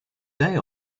day